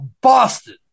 Boston